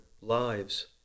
lives